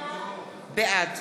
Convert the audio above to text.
בעד